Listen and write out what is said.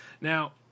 Now